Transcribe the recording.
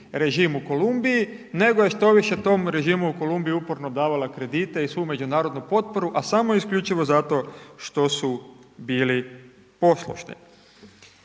režim u Kolumbiji nego je štoviše tom režimu u Kolumbiji uporno davala kredite i svu međunarodnu potporu a samo isključivo zato što su bili poslušni.